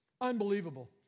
Unbelievable